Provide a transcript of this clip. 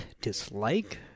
dislike